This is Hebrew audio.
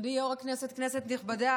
אדוני יו"ר הכנסת, כנסת נכבדה,